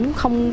không